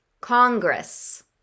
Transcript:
Congress